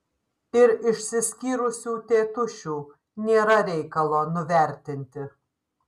ir išsiskyrusių tėtušių nėra reikalo nuvertinti